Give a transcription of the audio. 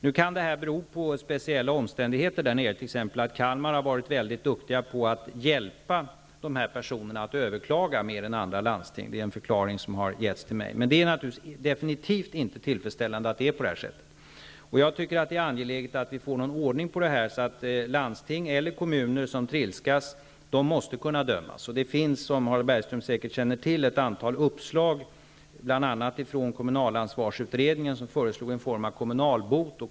Det kan bero på speciella omständigheter, t.ex. att man i Kalmar varit mycket duktiga på att hjälpa de här personerna att överklaga mer än i andra landsting. Det är en förklaring som har getts till mig. Det är emellertid absolut inte tillfredsställande att det är på det här sättet. Jag tycker att det är angeläget att vi får någon ordning på detta, så att landsting och kommuner som trilskas kan dömas. Det finns, som Harald Bergström säkert känner till, ett antal uppslag, bl.a. från kommunalansvarsutredningen, som föreslog en form av kommunalbot.